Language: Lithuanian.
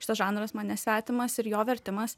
šitas žanras man nesvetimas ir jo vertimas